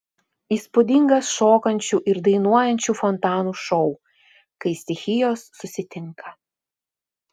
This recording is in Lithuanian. įspūdingas šokančių ir dainuojančių fontanų šou kai stichijos susitinka